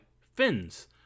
fins